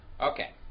Okay